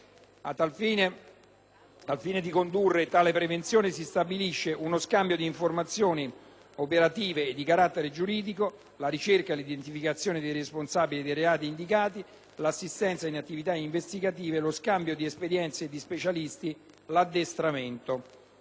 Al fine di condurre tale prevenzione si stabilisce uno scambio di informazioni operative e di carattere giuridico, la ricerca e l'identificazione dei responsabili dei reati indicati, l'assistenza in attività investigative, lo scambio di esperienze e di specialisti, l'addestramento.